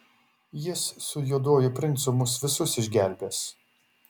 jis su juoduoju princu mus visus išgelbės